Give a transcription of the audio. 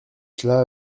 cela